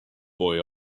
boy